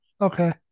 Okay